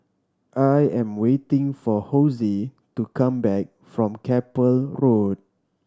I am waiting for Hosie to come back from Keppel Road